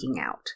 out